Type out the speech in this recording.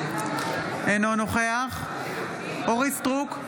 אינו נוכח אורית מלכה סטרוק,